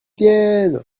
viennent